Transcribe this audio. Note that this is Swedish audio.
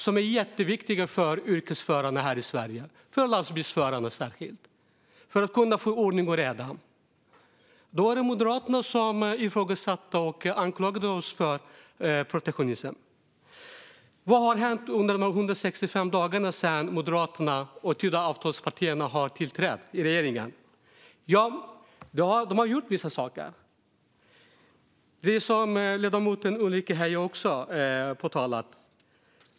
Det är jätteviktigt för yrkesförarna här i Sverige, särskilt för lastbilsförarna, för att det ska bli ordning och reda. Men Moderaterna ifrågasatte oss och anklagade oss för protektionism. Vad har hänt under de 165 dagar som gått sedan Moderaterna och de övriga partierna tillträdde i regeringen? De har gjort vissa saker. Det har ledamoten Ulrika Heie också påpekat.